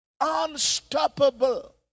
unstoppable